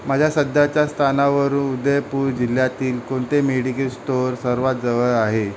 माझ्या सध्याच्या स्थानावर उदयपूर जिल्ह्यातील कोणते मेडिकल स्टोअर सर्वात जवळ आहे